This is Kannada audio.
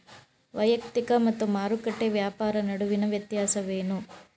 ವೈಯಕ್ತಿಕ ಮತ್ತು ಮಾರುಕಟ್ಟೆ ವ್ಯಾಪಾರ ನಡುವಿನ ವ್ಯತ್ಯಾಸವೇನು?